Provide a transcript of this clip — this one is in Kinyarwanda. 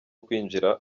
kwinjira